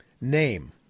Name